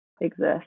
exist